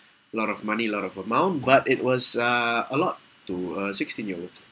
a lot of money a lot of amount but it was uh a lot to a sixteen year old